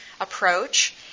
approach